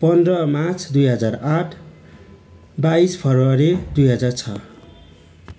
पन्ध्र मार्च दुई हजार आठ बाइस फेब्रुअरी दुई हजार छ